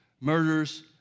murders